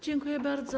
Dziękuję bardzo.